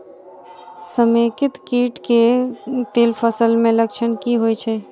समेकित कीट केँ तिल फसल मे लक्षण की होइ छै?